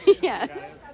yes